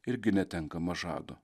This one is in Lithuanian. irgi netenkama žado